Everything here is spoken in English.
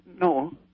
No